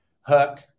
hook